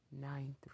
nine